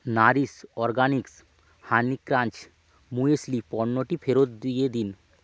Nourish Organics honey crunch muesli পণ্যটি ফেরত দিয়ে দিন